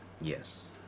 Yes